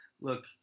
look